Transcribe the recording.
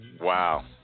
Wow